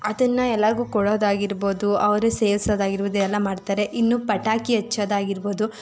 ಅದನ್ನು ಎಲ್ಲರಿಗೂ ಕೊಡೋದಾಗಿರ್ಬೋದು ಅವರೇ ಸೇವ್ಸೋದಾಗಿರ್ಬೋದು ಎಲ್ಲ ಮಾಡ್ತಾರೆ ಇನ್ನು ಪಟಾಕಿ ಹಚ್ಚೋದಾಗಿರ್ಬೋದು